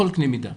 בכל קנה מידה,